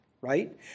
right